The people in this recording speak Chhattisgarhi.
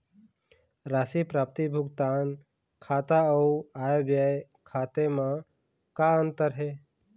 राशि प्राप्ति भुगतान खाता अऊ आय व्यय खाते म का अंतर हे?